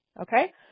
okay